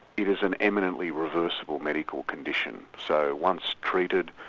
it is an eminently reversible medical condition. so once treated,